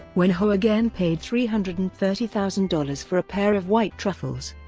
when ho again paid three hundred and thirty thousand dollars for a pair of white truffles,